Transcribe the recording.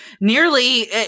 nearly